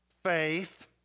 faith